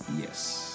Yes